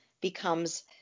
becomes